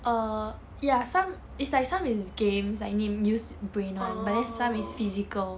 oh